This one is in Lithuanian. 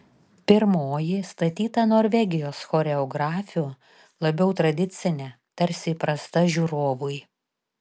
pirmoji statyta norvegijos choreografių labiau tradicinė tarsi įprasta žiūrovui